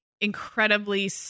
incredibly